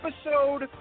Episode